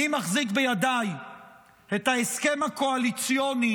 אני מחזיק בידיי את ההסכם הקואליציוני